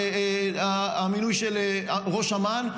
המינוי של ראש אמ"ן,